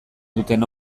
duten